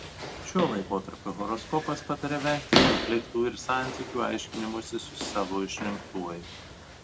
šiuo laikotarpiu horoskopas pataria vengti konfliktų ir santykių aiškinimosi su savo išrinktuoju